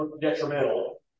detrimental